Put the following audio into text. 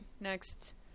next